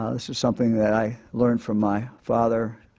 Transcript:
ah this is something that i learned from my father,